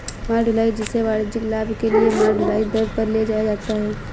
माल ढुलाई, जिसे वाणिज्यिक लाभ के लिए माल ढुलाई दर पर ले जाया जाता है